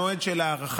המועד של ההארכה,